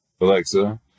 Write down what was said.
Alexa